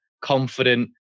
confident